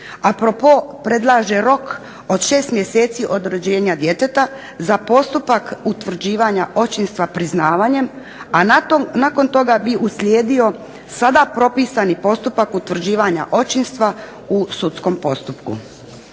A propos predlaže rok od 6 mjeseci od rođenja djeteta za postupak utvrđivanja očinstva priznavanjem, a nakon toga bi uslijedio sada propisani postupak utvrđivanja očinstva u sudskom postupku.